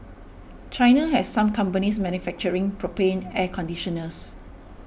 China has some companies manufacturing propane air conditioners